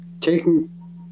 taking